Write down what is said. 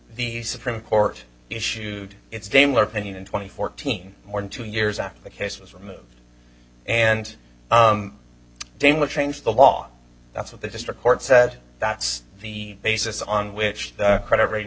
the supreme court issued its daimler opinion and twenty fourteen more than two years after the case was removed and daimler changed the law that's what the district court said that's the basis on which the credit rating